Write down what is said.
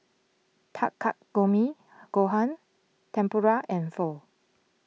Takikomi Gohan Tempura and Pho